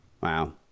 Wow